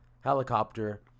helicopter